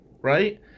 Right